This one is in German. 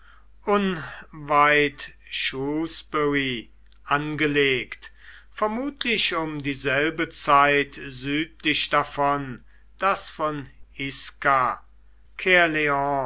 unweit angelegt vermutlich um dieselbe zeit südlich davon das von isca